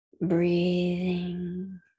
breathing